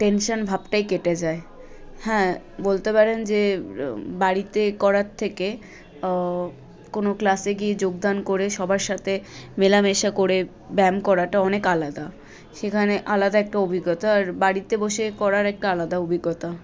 tension ভাবটাই কেটে যায় হ্যাঁ বলতে পারেন যে বাড়িতে করার থেকে কোনো ক্লাসে গিয়ে যোগদান করে সবার সাথে মেলামেশা করে ব্যায়াম করাটা অনেক আলাদা সেখানে আলাদা একটা অভিজ্ঞতা আর বাড়িতে বসে করার একটা আলাদা অভিজ্ঞতা